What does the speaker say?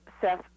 Seth